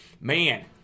man